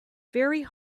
very